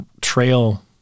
trail